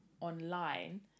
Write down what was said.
online